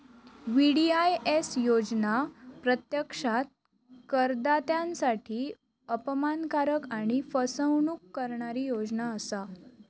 VDIS योजना प्रत्यक्षात करदात्यांसाठी अपमानकारक आणि फसवणूक करणारी योजना असा